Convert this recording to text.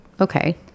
Okay